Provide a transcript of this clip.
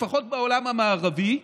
לפחות בעולם המערבי,